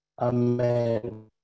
Amen